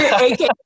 Aka